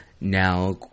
Now